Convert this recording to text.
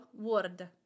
word